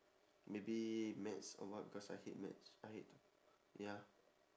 maybe maths or what because I hate maths I hate to ya